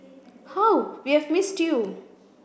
how we have missed you